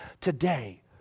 today